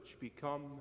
become